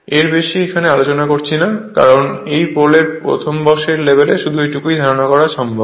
এর বেশি এখানে আলোচনা করছি না কারণ এই প্রথম বর্ষের লেভেলে শুধু এইটুকুই ধারণা দেওয়া সম্ভব